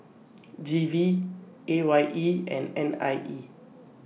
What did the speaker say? G V A Y E and N I E